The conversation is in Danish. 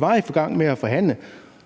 var i gang med at forhandle,